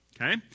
Okay